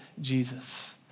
Jesus